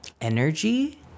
energy